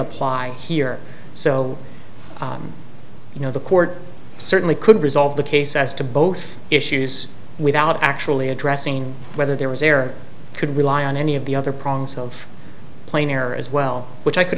apply here so you know the court certainly could resolve the case as to both issues without actually addressing whether there was there could rely on any of the other problems of plain error as well which i could